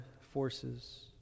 forces